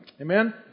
Amen